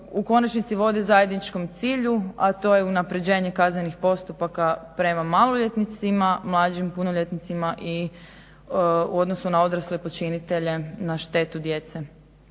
konačnici vode zajedničkom cilju, a to je unapređenje kaznenih postupaka prema maloljetnicima, mlađim punoljetnicima i u odnosu na odrasle počinitelje na štetu djece.